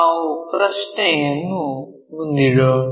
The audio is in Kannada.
ನಾವು ಪ್ರಶ್ನೆಯನ್ನು ಮುಂದಿಡೋಣ